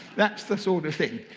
that's the sort of thing.